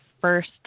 first